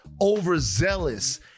overzealous